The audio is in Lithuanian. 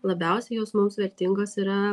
labiausiai jos mums vertingos yra